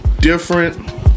different